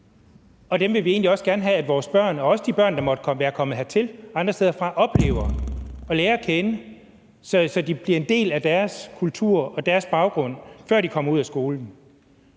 og dem vil vi egentlig også gerne have at vores børn og også de børn, der måtte være kommet hertil andre steder fra, oplever og lærer at kende, så det bliver en del af deres kultur og baggrund, før de kommer ud af skolen.